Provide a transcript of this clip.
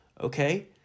okay